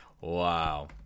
Wow